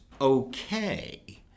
okay